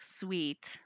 sweet